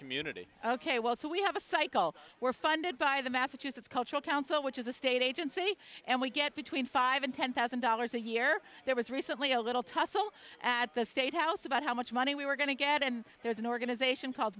community ok well so we have a cycle were funded by the massachusetts cultural council which is a state agency and we get between five and ten thousand dollars a year there was recently a little tussle at the state house about how much money we were going to get and there's an organization called